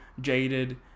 jaded